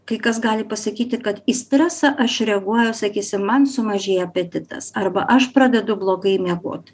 kai kas gali pasakyti kad į stresą aš reaguoju sakysim man sumažėja apetitas arba aš pradedu blogai miegot